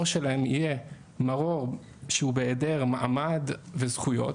שלהם יהיה מרור שהוא בהיעדר מעמד וזכויות,